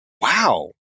Wow